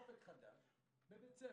מדוע הוא לא זכאי ל"אופק חדש"